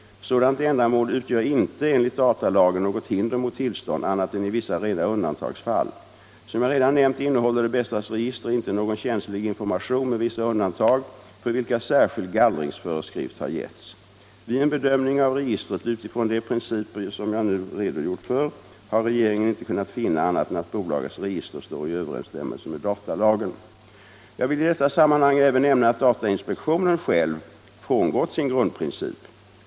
Sådant ändamål utgör inte enligt datalagen något hinder mot tillstånd annat än i vissa rena undantagsfall. Som jag redan nämnt innehåller Det Bästas register inte någon känslig information med vissa undantag, för vilka särskild gallringsföreskrift har getts. Vid en bedömning av registret utifrån de principer som jag nu har redogjort för har regeringen inte kunnat finna annat än att bolagets register står i överensstämmelse med datalagen. Jag vill i detta sammanhang även nämna att datainspektionen själv frångått sin grundprincip.